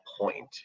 point